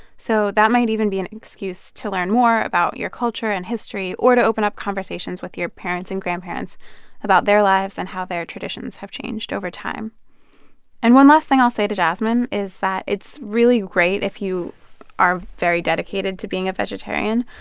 so that might even be an excuse to learn more about your culture and history or to open up conversations with your parents and grandparents about their lives and how their traditions have changed over time and one last thing i'll say to jasmine is that it's really great if you are very dedicated to being a vegetarian.